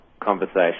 conversation